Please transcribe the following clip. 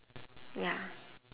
ya